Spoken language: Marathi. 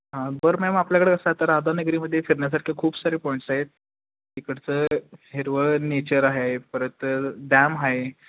हां बरं मॅम आपल्याकडं कसं आता राधानगरीमध्ये फिरण्यासारखे खूप सारे पॉईंटस आहेत तिकडचं हिरवळ नेचर आहे परत डॅम आहे